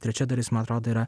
trečia dalis man atrodo yra